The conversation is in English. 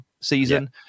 season